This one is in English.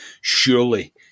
Surely